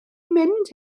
mynd